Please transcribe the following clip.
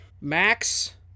Max